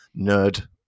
nerd